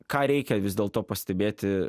ką reikia vis dėl to pastebėti